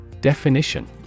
Definition